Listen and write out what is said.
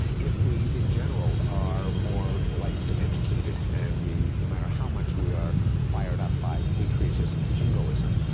if we, in general, are more enlightened and educated, and we, no matter how much we are fired up by patriotism and jingoism,